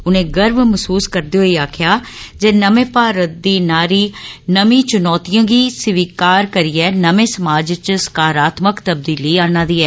उनें गर्व मसूस करदे होई आक्खेआ जे नमें भारत दी नारी नमीं चुनौतियें गी स्वीकार करी ऐ नमें समाज च सकारात्मक तब्दीली आन्ना दी ऐ